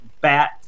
bat